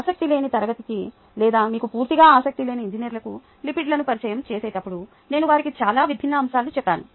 ఆసక్తిలేని తరగతికి లేదా మీకు పూర్తిగా ఆసక్తి లేని ఇంజనీర్లకు లిపిడ్లను పరిచయం చేసేటప్పుడు నేను వారికి చాలా విభిన్న అంశాలను చెప్పాను